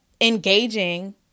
Engaging